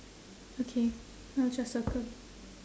okay I'll just circle